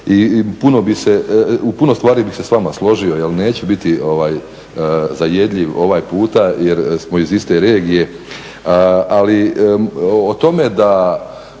i u puno stvari bih se s vama složio, neću biti zajedljiv ovog puta jer smo iz iste regije ali o tome da